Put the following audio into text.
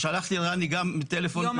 שלחתי לרני גם טלפון,